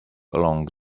along